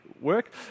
work